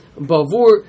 Bavur